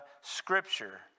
Scripture